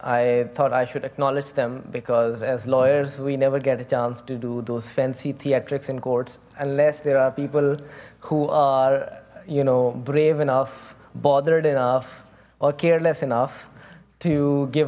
i thought i should acknowledge them because as lawyers we never get a chance to do those fancy theatrics in courts unless there are people who are you know brave enough bothered enough or careless enough to give